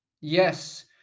Yes